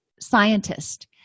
scientist